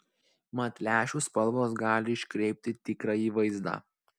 mat lęšių spalvos gali iškreipti tikrąjį vaizdą